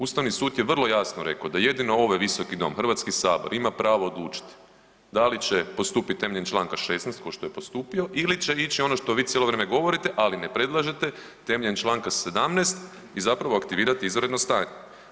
Ustavni sud je vrlo jasno rekao da jedino ovaj Visoko dom, Hrvatski sabor ima pravo odlučiti da li će postupiti temeljem članka 16. kao što je postupio ili će ići ono što vi cijelo vrijeme govorite ali ne predlažete temeljem članka 17. i zapravo aktivirati izvanredno stanje.